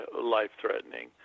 life-threatening